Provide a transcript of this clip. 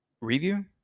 review